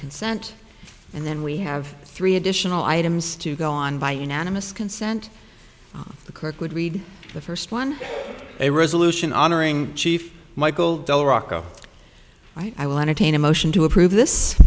consent and then we have three additional items to go on by unanimous consent the clerk would read the first one a resolution honoring chief michael dell rocco i will entertain a motion to approve this